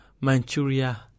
Manchuria